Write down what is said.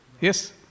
Yes